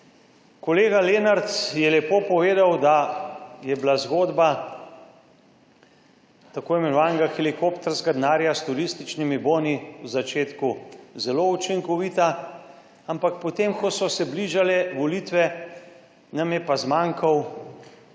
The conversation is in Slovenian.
Kolega Lenart je lepo povedal, da je bila zgodba tako imenovanega helikopterskega denarja s turističnimi boni v začetku zelo učinkovita, ampak potem, ko so se bližale volitve, nam je pa zmanjkalo